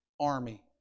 army